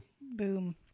Boom